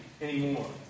anymore